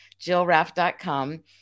jillraff.com